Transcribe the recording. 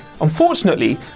Unfortunately